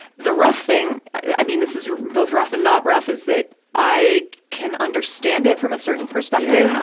the rough thing, i mean, this is both rough and not rough, is that i can understand it, from a certain perspective.